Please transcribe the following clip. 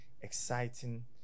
exciting